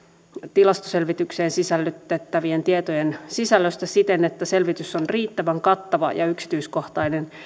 tilastoselvitykseen sisällytettävien tietojen sisällöstä siten että selvitys on riittävän kattava ja yksityiskohtainen